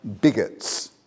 bigots